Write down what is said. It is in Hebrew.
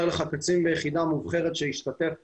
לך קצין ביחידה מובחרת שהשתתף במלחמות,